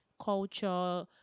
culture